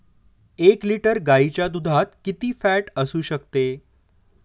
एक लिटर गाईच्या दुधात किती फॅट असू शकते?